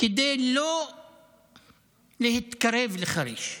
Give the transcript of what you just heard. כדי לא להתקרב לחריש,